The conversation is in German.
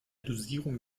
dosierung